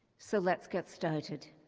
so let's get started.